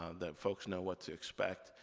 ah that folks know what to expect,